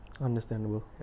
Understandable